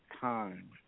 time